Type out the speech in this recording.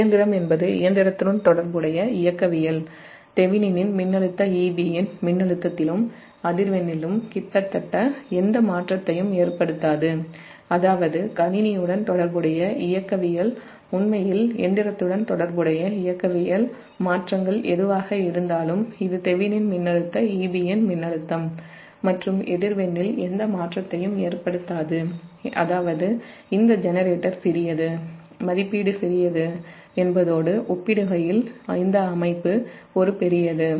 இயந்திரம் என்பது இயந்திரத்துடன் தொடர்புடைய இயக்கவியல் தெவெனினின் மின்னழுத்த EB யின் மின்னழுத்தத்திலும் அதிர் வெண்ணிலும் கிட்டத்தட்ட எந்த மாற்றத்தையும் ஏற்படுத்தாது அதாவது கணினியுடன் தொடர்புடைய இயக்கவியல்அதாவது இந்த ஜெனரேட்டர் சிறியது மதிப்பீடு சிறியது என்பதோடு ஒப்பிடுகையில் இந்த அமைப்பு ஒரு பெரியது